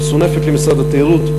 היא מסונפת למשרד התיירות,